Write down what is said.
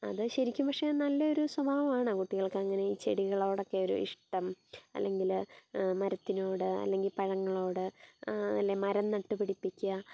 അത് ശരിക്കും പക്ഷേ നല്ല ഒരു സ്വഭാവമാണോ കുട്ടികൾക്കങ്ങനെ ഈ ചെടികളോടൊക്കെ ഒരിഷ്ടം അല്ലെങ്കിൽ മരത്തിനോട് അല്ലെങ്കിൽ പഴങ്ങളോട് അല്ലേ മരം നട്ട് പിടിപ്പിക്കുക